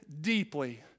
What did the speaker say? deeply